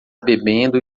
bebendo